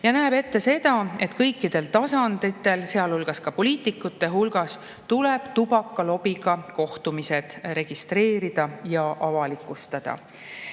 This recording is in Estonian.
liitunud – seda, et kõikidel tasanditel, sealhulgas ka poliitikute hulgas, tuleb tubakalobiga kohtumised registreerida ja avalikustada.